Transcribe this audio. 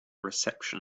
reception